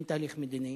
אין תהליך מדיני